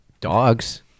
Dogs